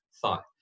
thought